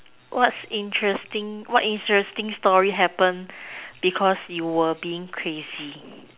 what's interesting what interesting story happened because you were being crazy